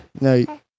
No